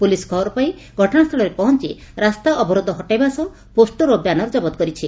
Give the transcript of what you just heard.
police ଖବର ପାଇଁ ଘଟଶାସ୍ଚଳରେ ପହଞ୍ ରାସ୍ତା ଅବରୋଧ ହଟାଇବା ସହ ପୋଷର ଓ ବ୍ୟାନର୍ କବତ କରିଛି